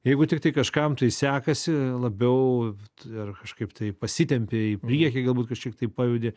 ir jeigu tiktai kažkam tai sekasi labiau ar kažkaip tai pasitempia į priekį galbūt kažkiek tai pajudi